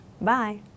Bye